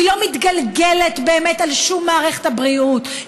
היא לא מתגלגלת באמת על מערכת הבריאות.